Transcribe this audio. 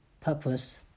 purpose